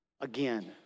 again